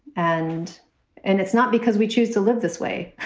and and it's not because we choose to live this way